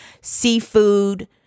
seafood